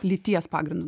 lyties pagrindu